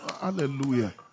Hallelujah